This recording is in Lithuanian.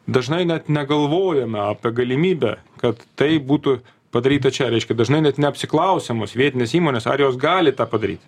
dažnai net negalvojame apie galimybę kad tai būtų padaryta čia reiškia dažnai net neatsiklausę mus vietinės įmonės ar jos gali tą padaryti